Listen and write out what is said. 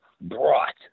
brought